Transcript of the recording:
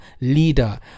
leader